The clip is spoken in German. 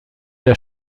der